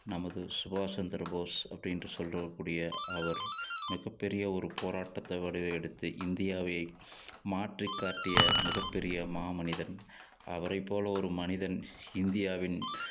நமது சுபாஷ் சந்திரபோஸ் அப்படின்டு சொல்லக்கூடிய அவர் மிகப்பெரிய ஒரு போராட்டத்தை வடிவு எடுத்து இந்தியாவை மாற்றி காட்டிய மிகப்பெரிய மாமனிதன் அவரைப் போல ஒரு மனிதன் இந்தியாவின்